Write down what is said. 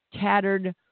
tattered